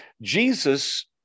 Jesus